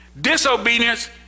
Disobedience